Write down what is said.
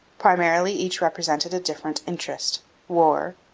primarily each represented a different interest war,